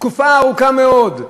תקופה ארוכה מאוד.